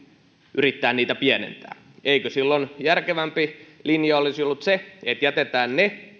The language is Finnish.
yrittää niitä pienentää eikö silloin järkevämpi linja olisi ollut se että jätetään ne